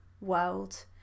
world